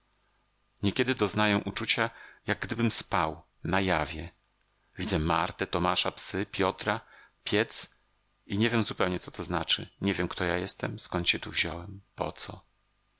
niekiedy doznaję uczucia jak gdybym spał na jawie widzę martę tomasza psy piotra piec i nie wiem zupełnie co to znaczy nie wiem kto ja jestem skąd się tu wziąłem po co